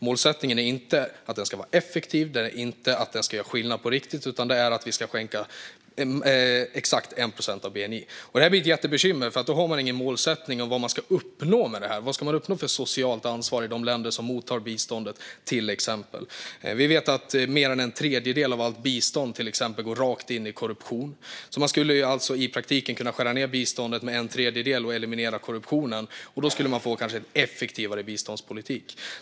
Målsättningen är inte att det ska vara effektivt eller göra skillnad på riktigt, utan målet är att vi ska skänka exakt 1 procent av bni. Det blir ett jättebekymmer, för då har man ingen målsättning om vad man ska uppnå med det hela. Vilket socialt ansvar ska man till exempel uppnå i de länder som mottar biståndet? Dessutom vet vi att mer än en tredjedel av allt bistånd går rakt in i korruption. Man skulle i praktiken kunna skära ned biståndet med en tredjedel och eliminera korruptionen. Då skulle man kanske få en effektivare biståndspolitik.